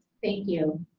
thank you.